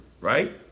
right